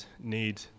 need